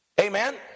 amen